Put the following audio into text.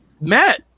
Matt